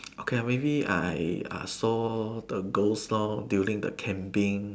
okay lah maybe I uh saw the ghost loh during the camping